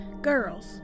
Girls